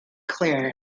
clear